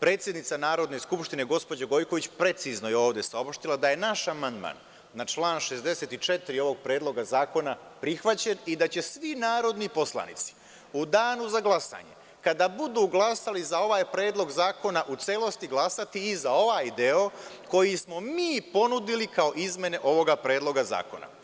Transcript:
predsednica Narodne skupštine, gospođa Gojković precizno je ovde saopštila da naš amandman na član 64. ovog Predloga zakona je prihvaćen i da će svi narodni poslanici u Danu za glasanje, kada budu glasali za ovaj Predlog zakona u celosti glasati i za ovaj deo koji smo mi ponudili kao izmene ovog Predloga zakona.